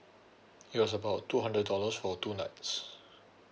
it was about two hundred dollars for two nights